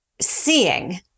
seeing